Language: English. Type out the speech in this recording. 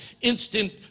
instant